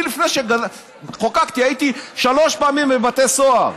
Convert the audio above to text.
אני, לפני שחוקקתי, הייתי שלוש פעמים בבתי סוהר.